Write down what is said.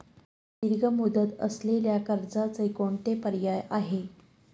दीर्घ मुदत असलेल्या कर्जाचे कोणते पर्याय आहे?